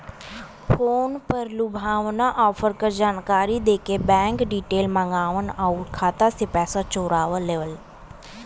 phone पर लुभावना offer क जानकारी देके बैंक डिटेल माँगन आउर खाता से पैसा चोरा लेवलन